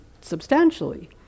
substantially